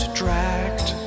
dragged